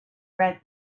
read